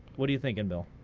what are you thinking, bill?